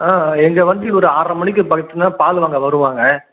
ஆ எங்கள் வண்டி ஒரு ஆற்ரை மணிக்கு பக்கத்தில் தான் பாலு வாங்க வருவாங்க